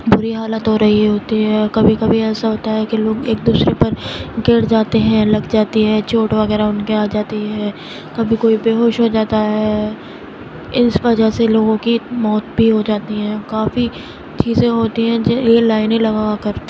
بری حالت ہو رہی ہوتی ہے اور کبھی کبھی ایسا ہوتا ہے کہ لوگ ایک دوسرے پر گر جاتے ہیں لگ جاتی ہے چوٹ وغیرہ ان کے آ جاتی ہے کبھی کوئی بے ہوش ہو جاتا ہے اس وجہ سے لوگوں کی موت بھی ہو جاتی ہیں کافی چیزیں ہوتی ہیں جی یہ لائنیں لگوا کر